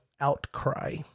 Outcry